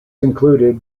included